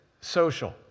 social